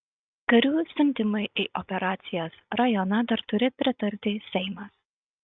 karių siuntimui į operacijos rajoną dar turi pritarti seimas